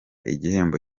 igihembo